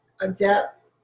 Adept